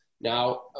Now